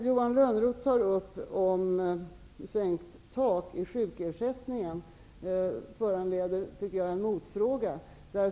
Johan Lönnroths tal om en sänkning av taket i sjukersättningen föranleder en motfråga.